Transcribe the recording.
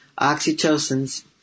oxytocins